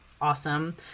awesome